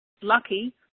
lucky